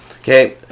Okay